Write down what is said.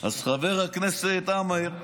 אז חבר כנסת עמאר,